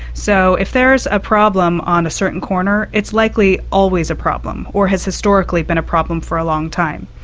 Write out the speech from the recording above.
so if there is a problem on a certain corner, it's likely always a problem or has historically been a problem for a long time.